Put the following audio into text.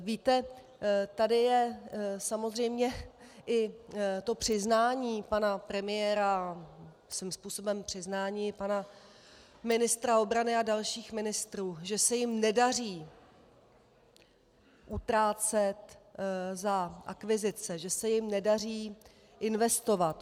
Víte, tady je samozřejmě i to přiznání pana premiéra, svým způsobem přiznání i pana ministra obrany a dalších ministrů, že se jim nedaří utrácet za akvizice, že se jim nedaří investovat.